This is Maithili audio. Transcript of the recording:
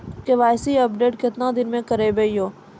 के.वाई.सी अपडेट केतना दिन मे करेबे यो?